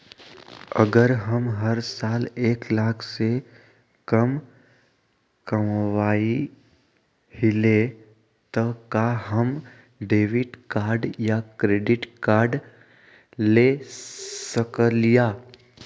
अगर हम हर साल एक लाख से कम कमावईले त का हम डेबिट कार्ड या क्रेडिट कार्ड ले सकीला?